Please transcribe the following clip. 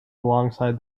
alongside